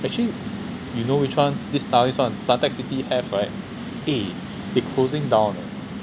actually you know which one this nice one suntec city have right eh they closing down leh